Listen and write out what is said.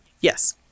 Yes